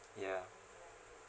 ya